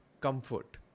comfort